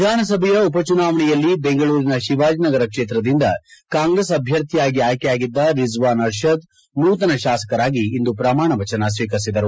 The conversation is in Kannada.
ವಿಧಾನಸಭೆಯ ಉಪಚುನಾವಣೆಯಲ್ಲಿ ಬೆಂಗಳೂರಿನ ಶಿವಾಜಿನಗರ ಕ್ಷೇತ್ರದಿಂದ ಕಾಂಗ್ರೆಸ್ ಅಭ್ಯರ್ಥಿಯಾಗಿ ಆಯ್ಕೆಯಾಗಿದ್ದ ರಿಜ್ವಾನ್ ಅರ್ಷದ್ ನೂತನ ಶಾಸಕರಾಗಿ ಇಂದು ಪ್ರಮಾಣ ವಚನ ಸ್ವೀಕರಿಸಿದರು